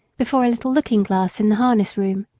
before a little looking-glass in the harness-room.